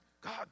God